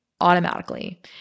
automatically